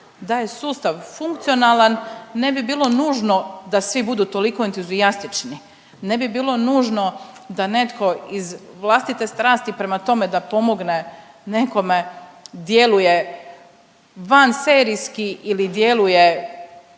Da je sustav funkcionalan ne bi bilo nužno da svi budu toliko entuzijastični, ne bi bilo nužno da netko iz vlastite strasti prema tome da pomogne nekome djeluje van serijski ili djeluje